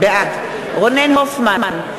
בעד רונן הופמן,